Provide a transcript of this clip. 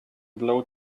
blow